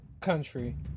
country